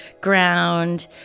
ground